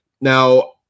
now